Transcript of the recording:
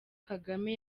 kagame